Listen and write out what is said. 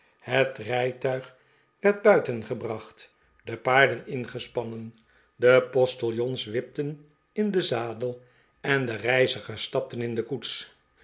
het rijtuig werd buiten gebracht de paarden ingespannen de postiljons wipten in den zadel en de reizigers stapten in de koets